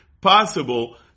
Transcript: possible